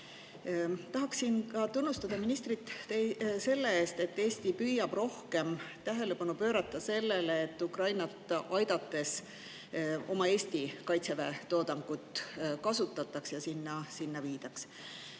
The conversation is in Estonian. Tahaksin tunnustada ministrit selle eest, et Eesti püüab rohkem tähelepanu pöörata sellele, et Ukrainat aidates ka meie oma kaitse[tööstuse] toodangut kasutataks ja sinna viidaks.